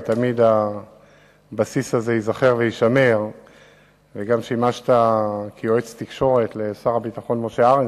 לשאול: 1. מה הוא היקף היישום בחברות ממשלתיות הקשורות למשרדך?